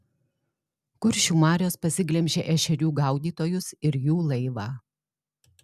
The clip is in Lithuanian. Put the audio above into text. kuršių marios pasiglemžė ešerių gaudytojus ir jų laivą